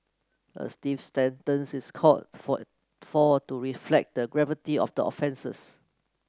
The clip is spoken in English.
a stiff sentence is called for for all to reflect the gravity of the offences